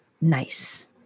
nice